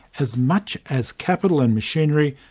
as much as capital and machinery,